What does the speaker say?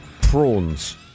Prawns